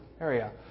area